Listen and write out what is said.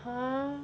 !huh!